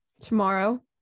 tomorrow